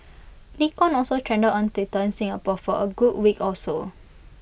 Nikon also trended on Twitter in Singapore for A good week or so